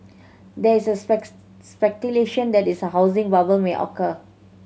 there is a speculation that is a housing bubble may occur